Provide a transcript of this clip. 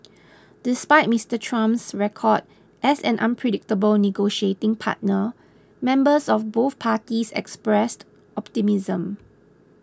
despite Mister Trump's record as an unpredictable negotiating partner members of both parties expressed optimism